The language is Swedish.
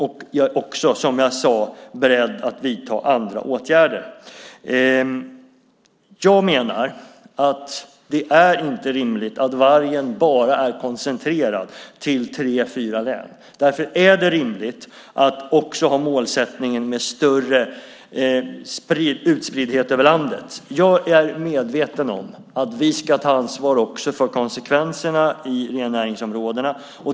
Jag är också, som jag sade, beredd att vidta andra åtgärder. Jag menar att det inte är rimligt att vargen bara är koncentrerad till tre fyra län. Därför är det befogat att också ha målsättningen att få en större utspriddhet över landet. Jag är medveten om att vi ska ta ansvar också för konsekvenserna i rennäringsområdena.